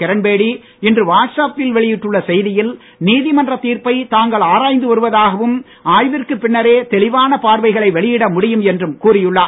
கிரண்பேடி இன்று வாட்ஸ் ஆப்பில் வெளியிட்டுள்ள செய்தியில் நீதிமன்ற தீர்ப்பை தாங்கள் ஆராய்ந்து வருவதாகவும் ஆய்வுக்கு பின்னரே தெளிவான பார்வைகளை வெளியிட முடியும் என்றும் கூறியுள்ளார்